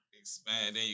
expand